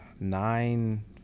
Nine